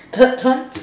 take turn